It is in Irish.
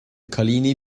cailíní